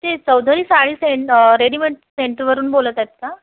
ते चौधरी सारी सें रेडिमेंट सेंटरवरून बोलत आहेत का